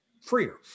freer